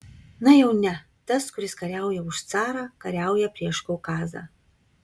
na jau ne tas kuris kariauja už carą kariauja prieš kaukazą